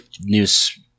news